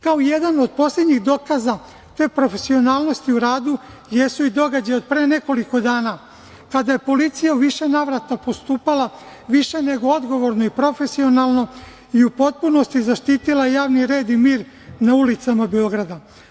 Kao jedan od poslednjih dokaza te profesionalnosti u radi, jesu i događaji od pre nekoliko dana kada je policija u više navrata postupala više nego odgovorno i profesionalno i u potpunosti zaštitila javni red i mir na ulicama Beograda.